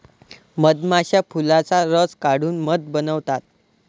मधमाश्या फुलांचा रस काढून मध बनवतात